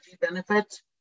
benefits